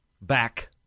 back